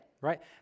right